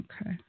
Okay